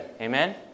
Amen